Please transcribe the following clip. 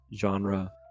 genre